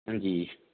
हांजी